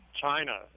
China